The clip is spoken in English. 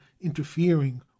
interfering